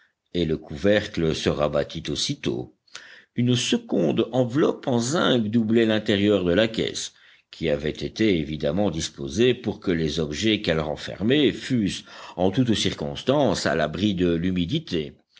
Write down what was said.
et le couvercle se rabattit aussitôt une seconde enveloppe en zinc doublait l'intérieur de la caisse qui avait été évidemment disposée pour que les objets qu'elle renfermait fussent en toutes circonstances à l'abri de l'humidité